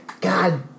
God